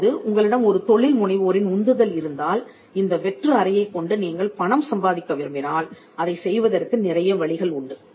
தற்போது உங்களிடம் ஒரு தொழில்முனைவோரின் உந்துதல் இருந்தால் இந்த வெற்று அறையைக் கொண்டு நீங்கள் பணம் சம்பாதிக்க விரும்பினால் அதை செய்வதற்கு நிறைய வழிகள் உண்டு